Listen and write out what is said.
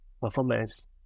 performance